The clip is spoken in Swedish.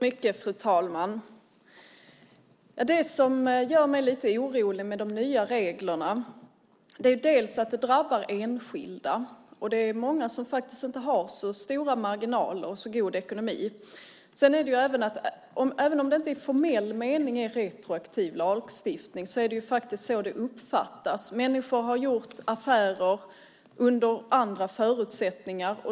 Fru talman! Det som gör mig lite orolig med de nya reglerna är att det drabbar enskilda. Det är många som inte har så stora marginaler och så god ekonomi. Även om det inte i formell mening är retroaktiv lagstiftning är det så det uppfattas. Människor har gjort affärer under andra förutsättningar.